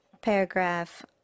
paragraph